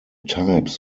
types